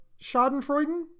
schadenfreude